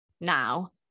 now